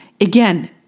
Again